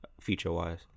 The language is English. feature-wise